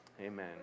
amen